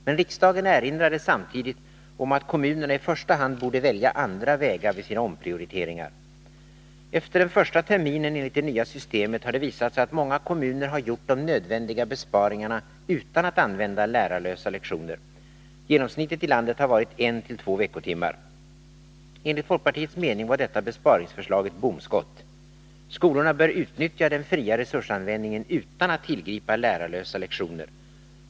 Men riksdagen erinrade samtidigt om att kommunerna i första hand borde välja andra vägar vid sina omprioriteringar. Efter den första terminen enligt det nya systemet har det visat sig att många kommuner gjort de nödvändiga besparingarna utan att använda ”lärarlösa lektioner”. Genomsnittet i landet har varit 1-2 veckotimmar. Enligt folkpartiets mening var detta besparingsförslag ett bomskott. Skolorna bör utnyttja den fria resursanvändningen utan att tillgripa ”lärarlösa lektioner”.